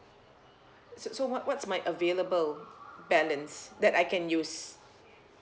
so so what what's my available balance that I can use